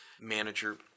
manager